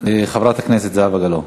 חברת הכנסת זהבה גלאון.